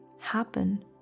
happen